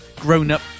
grown-up